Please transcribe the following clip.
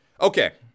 Okay